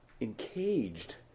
encaged